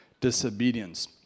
disobedience